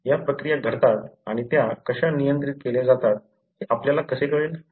या प्रक्रिया घडतात आणि त्या कशा नियंत्रित केल्या जातात हे आपल्याला कसे कळेल